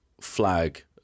flag